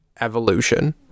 Evolution